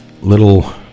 little